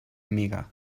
amiga